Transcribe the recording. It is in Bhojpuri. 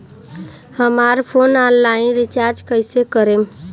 हमार फोन ऑनलाइन रीचार्ज कईसे करेम?